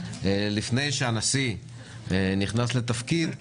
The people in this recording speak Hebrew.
לפני שהנשיא נכנס לתפקיד,